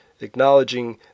acknowledging